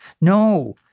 No